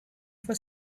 for